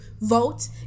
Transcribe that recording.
vote